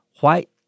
white